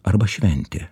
arba šventė